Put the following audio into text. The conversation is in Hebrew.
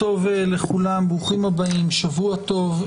ברוכים הבאים, שבוע טוב.